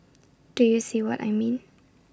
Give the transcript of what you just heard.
do you see what I mean